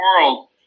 world